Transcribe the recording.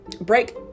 Break